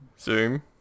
Zoom